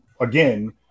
again